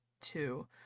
two